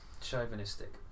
Chauvinistic